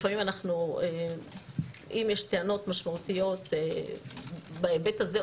לפעמים אם יש טענות משמעותיות בהיבט הזה,